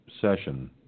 session